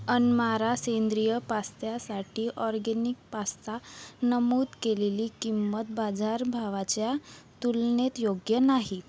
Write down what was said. अनमारा सेंद्रिय पास्त्यासाठी organic pasta नमूद केलेली किंमत बाजारभावाच्या तुलनेत योग्य नाही